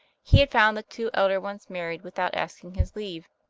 he had found the two elder ones married without asking his leave.